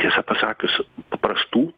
tiesą pasakius paprastų